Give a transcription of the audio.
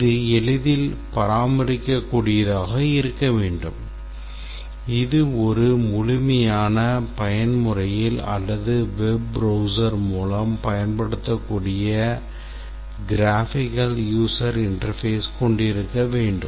இது எளிதில் பராமரிக்கக்கூடியதாக இருக்க வேண்டும் இது ஒரு முழுமையான பயன்முறையில் அல்லது web browser மூலம் பயன்படுத்தக்கூடிய graphical user interface கொண்டிருக்க வேண்டும்